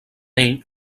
ell